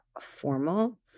formal